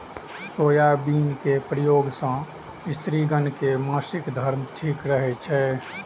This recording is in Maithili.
सोयाबिन के प्रयोग सं स्त्रिगण के मासिक धर्म ठीक रहै छै